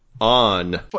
On